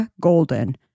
Golden